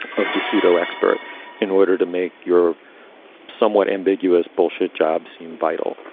of the pseudo expert in order to make your somewhat ambiguous bullshit jobs seem vital.